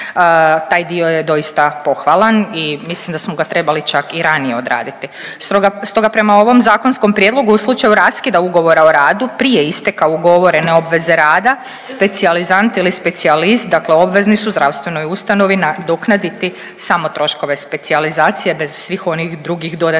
Taj dio je doista pohvalan i mislim da smo ga trebali čak i ranije odraditi. Stoga, stoga prema ovom zakonskom prijedlogu u slučaju raskida ugovora o radu prije isteka ugovorene obveze rada, specijalizant ili specijalist dakle obvezni su zdravstvenog ustanovi nadoknaditi samo troškove specijalizacije bez svih onih drugih dodatnih